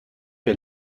que